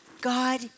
God